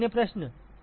कोई अन्य प्रश्न